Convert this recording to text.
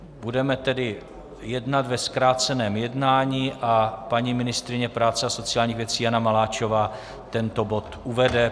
Budeme tedy jednat ve zkráceném jednání a paní ministryně práce a sociálních věcí Jana Maláčová tento bod uvede.